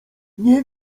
nie